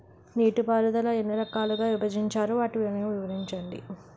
నీటిపారుదల ఎన్ని రకాలుగా విభజించారు? వాటి వివరించండి?